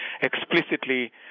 explicitly